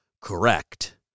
correct